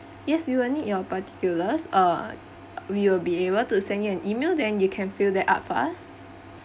yes you will need your particulars uh we will be able to send you an email then you can fill that out for us